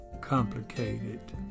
complicated